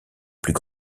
plus